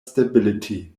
stability